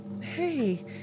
Hey